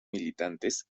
militantes